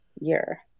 year